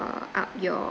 up your